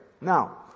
Now